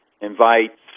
invites